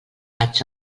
vaig